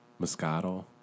Moscato